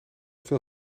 veel